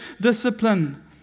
discipline